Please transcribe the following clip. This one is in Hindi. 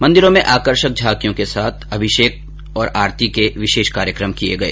मन्दिरों में आकर्षक झांकियों के साथ अभिषेक और आरती के विशेष कार्यक्रम किए गए